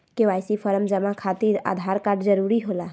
KYC form जमा खातिर Aadhaar card जरूरी होला?